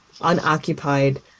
unoccupied